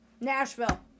Nashville